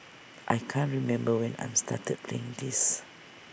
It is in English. I can't remember when I started playing this